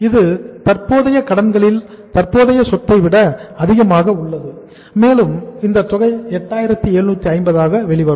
இது தற்போதைய கடன்களில் தற்போதைய சொத்தை விட அதிகமாக உள்ளது மேலும் இந்தத் தொகை 8750 ஆக வெளிவரும்